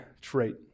trait